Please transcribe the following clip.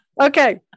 Okay